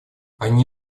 они